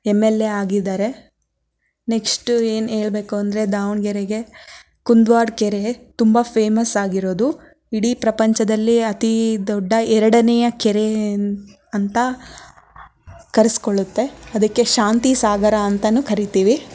M L A ಆಗಿದ್ದಾರೆ ನೆಕ್ಸ್ಟ್ ಏನು ಹೇಳಬೇಕು ಅಂದರೆ ದಾವಣಗೆರೆಗೆ ಕುಂದುವಾಡ ಕೆರೆ ತುಂಬ ಫೇಮಸ್ ಆಗಿರೋದು ಇಡೀ ಪ್ರಪಂಚದಲ್ಲೇ ಅತಿ ದೊಡ್ಡ ಎರಡನೆಯ ಕೆರೆ ಅಂತ ಕರೆಸ್ಕೊಳ್ಳುತ್ತೆ ಅದಕ್ಕೆ ಶಾಂತಿ ಸಾಗರ ಅಂತಲೂ ಕರಿತೀವಿ